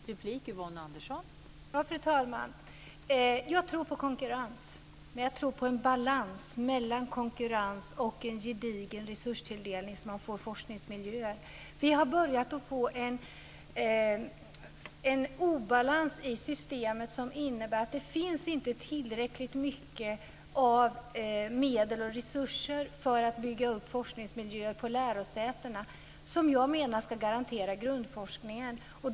Fru talman! Jag tror på konkurrens, på en balans mellan konkurrens och en gedigen resurstilldelning så att vi får forskningsmiljöer. Vi har ju börjat få en obalans i systemet som innebär att det inte finns tillräckligt mycket medel och resurser för att bygga upp forskningsmiljöer på lärosätena, som jag menar ska garantera grundforskningen.